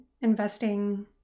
investing